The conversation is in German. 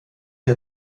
der